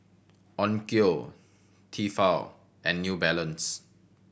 Onkyo Tefal and New Balance